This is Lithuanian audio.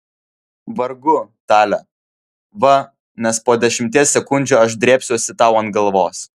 vargu tale va nes po dešimties sekundžių aš drėbsiuosi tau ant galvos